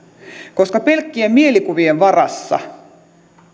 koska pelkkien mielikuvien varassa